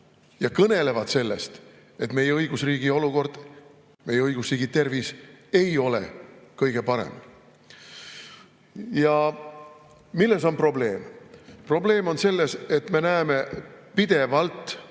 ja kõnelevad sellest, et meie õigusriigi olukord, meie õigusriigi tervis ei ole kõige parem. Ja milles on probleem? Probleem on selles, et me näeme pidevalt